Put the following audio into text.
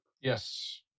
Yes